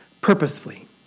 purposefully